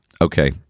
Okay